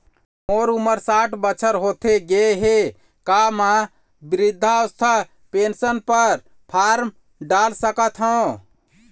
मोर उमर साठ बछर होथे गए हे का म वृद्धावस्था पेंशन पर फार्म डाल सकत हंव?